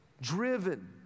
driven